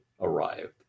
arrived